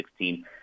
2016